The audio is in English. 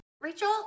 Rachel